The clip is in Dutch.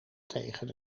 tegen